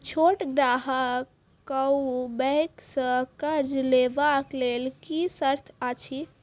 छोट ग्राहक कअ बैंक सऽ कर्ज लेवाक लेल की सर्त अछि?